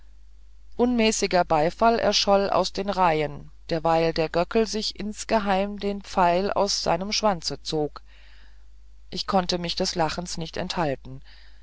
unmäßiger beifall erscholl aus den reihen derweil der göckel sich insgeheim den pfeil aus seinem schwanze zog ich konnte mich des lachens nicht enthalten